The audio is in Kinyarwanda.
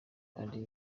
bari